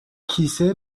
کیسه